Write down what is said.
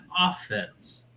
offense